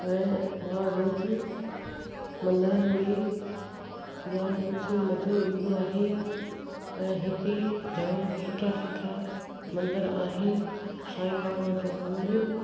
त मां रोजु मंदरनि में जाम कुझु मज़ो ईंदो आहे ऐं हिते जाम सुठा सुठा मंदर आहिनि साईं बाबा जो मंदरु